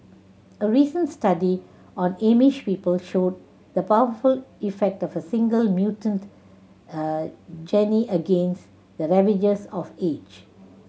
a recent study on Amish people showed the powerful effect of a single mutant gene against the ravages of age